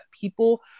people